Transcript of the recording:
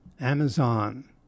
Amazon